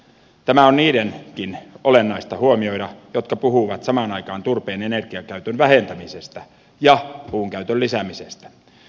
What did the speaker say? tämä on niidenkin olennaista huomioida jotka puhuvat samaan aikaan turpeen energiakäytön vähentämisestä ja puun käytön lisäämisestä